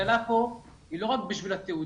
השכלה פה היא לא רק בשביל התעודה,